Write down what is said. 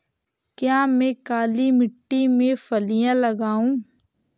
क्या मैं काली मिट्टी में फलियां लगाऊँ?